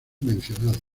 mencionados